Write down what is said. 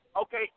Okay